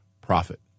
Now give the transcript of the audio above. profit